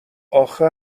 اخه